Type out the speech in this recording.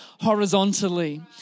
horizontally